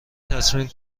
تصمیم